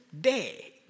day